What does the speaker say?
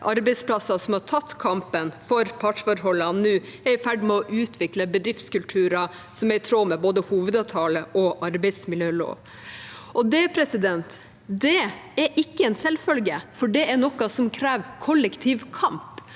arbeidsplasser som har tatt kampen for partsforholdene, nå er i ferd med å utvikle bedriftskultu rer som er i tråd med både hovedavtale og arbeidsmiljølov. Det er ikke en selvfølge, for det er noe som krever kollektiv kamp.